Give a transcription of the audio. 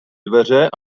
dveře